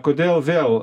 kodėl vėl